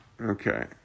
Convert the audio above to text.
okay